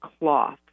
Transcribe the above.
cloth